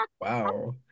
wow